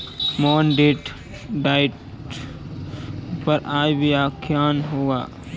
मोहन डेट डाइट पर आज व्याख्यान होगा